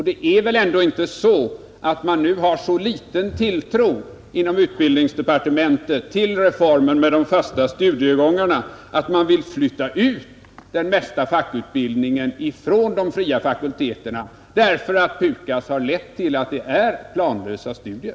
Det är väl ändå inte så att man inom utbildningsdepartementet nu har så liten tilltro till reformen med de fasta studiegångarna att man vill flytta ut den mesta fackutbildningen från de fria fakulteterna därför att PUKAS har lett till planlösa studier?